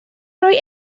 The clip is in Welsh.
roi